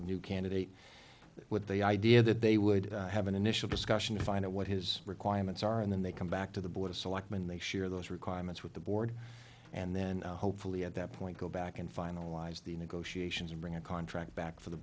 new candidate with the idea that they would have an initial discussion to find out what his requirements are and then they come back to the board of selectmen they share those requirements with the board and then hopefully at that point go back and finalize the negotiations and bring a contract back for the